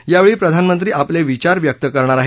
यावेळी प्रधानमंत्री आपले विचार व्यक्त करणार आहेत